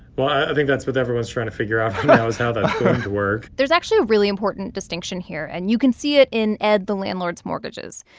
well, i think that's what everyone's trying to figure out right know, is how that's going to work there's actually a really important distinction here, and you can see it in ed the landlord's mortgages.